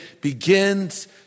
begins